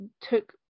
took